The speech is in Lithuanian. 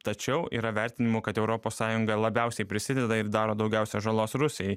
tačiau yra vertinimų kad europos sąjunga labiausiai prisideda ir daro daugiausia žalos rusijai